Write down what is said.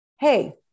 Hey